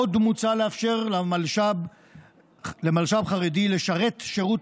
עוד מוצע לאפשר למלש"ב חרדי לשרת שירות